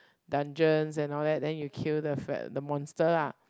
dungeons and all that then you kill the fat the monster lah